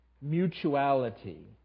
mutuality